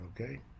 okay